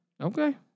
Okay